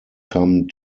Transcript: come